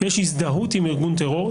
יש הזדהות עם ארגון טרור,